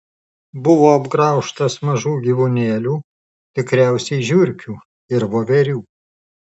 buvo apgraužtas mažų gyvūnėlių tikriausiai žiurkių ir voverių